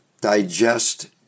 digest